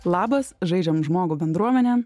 labas žaidžiam žmogų bendruomenę